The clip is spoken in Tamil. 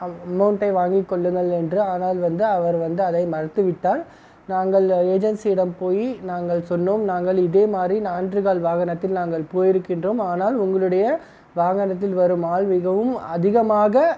அமௌண்ட்டை வாங்கிக்கொள்ளுங்கள் என்று ஆனால் வந்து அவர் வந்து அதை மறுத்துவிட்டார் நாங்கள் ஏஜென்ஸியிடம் போய் நாங்கள் சொன்னோம் நாங்கள் இது மாதிரி நான்கு கால் வாகனத்தில் நாங்கள் போய்ருக்கின்றோம் ஆனால் உங்களுடைய வாகனத்தில் வரும் ஆள் மிகவும் அதிகமாக